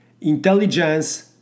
Intelligence